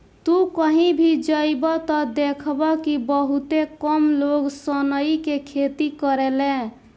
तू कही भी जइब त देखब कि बहुते कम लोग सनई के खेती करेले